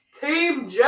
Team